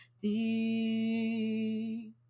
Thee